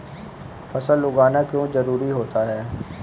फसल उगाना क्यों जरूरी होता है?